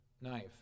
knife